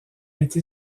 été